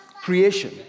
creation